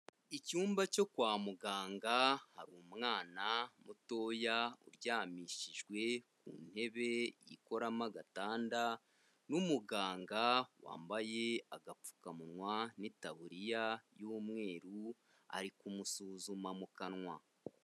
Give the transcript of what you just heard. Icyumba cyo kwa muganga umwana mutoya uryamishijwe ku ntebe ikoramagatanda n'umuganga wambaye agapfukamunwa n'itaburiya y'umweru ari kumusuzuma mu kanwa.